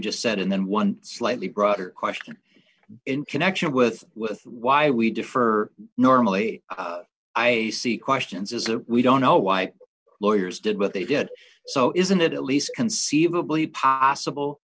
just said and then one slightly broader question in connection with with why we differ normally i see questions as a we don't know why lawyers did what they did so isn't it at least conceivably possible